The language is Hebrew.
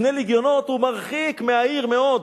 שני לגיונות הוא מרחיק מהעיר מאוד.